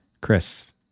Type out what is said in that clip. Chris